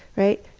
right?